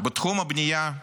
בתחום הבנייה,